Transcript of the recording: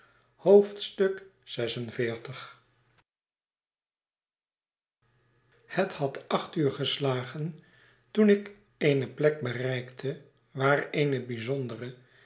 en xlvi het had acht uur geslagen toen ik eene plek bereikte waar eene bijzondere